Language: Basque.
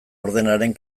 ordenaren